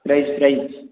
price price